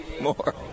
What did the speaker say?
more